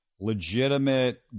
legitimate